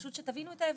פשוט שתבינו את ההבדל.